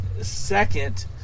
second